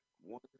One